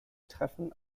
treffen